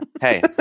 Hey